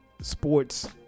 sports